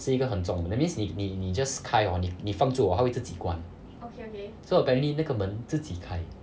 是一个很重的 that means if 你你 just 开 hor 你放住 hor 它会自己关 so apparently 那个门自己开